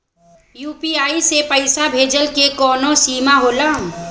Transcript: UPI से पईसा भेजल के कौनो सीमा होला?